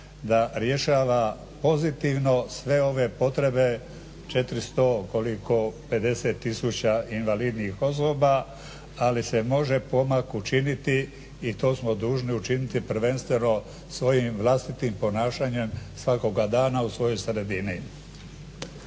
da rješava pozitivno sve ove potrebe koliko 50 tisuća invalidnih osoba ali se može pomak učiniti i to smo dužni učiniti prvenstveno svojim vlastitim ponašanjem svakoga dana u svojoj sredini.